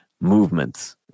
movements